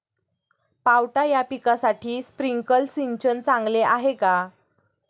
पावटा या पिकासाठी स्प्रिंकलर सिंचन चांगले आहे का?